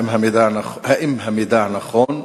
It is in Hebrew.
1. האם המידע נכון?